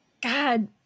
God